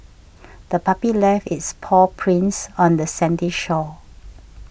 the puppy left its paw prints on the sandy shore